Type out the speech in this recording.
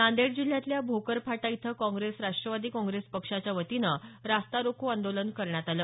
नांदेड जिल्ह्यातल्या भोकर फाटा इथं काँग्रेस राष्ट्रवादी काँग्रेस पक्षाच्या वतीनं रस्ता रोको आंदोलन करण्यात आलं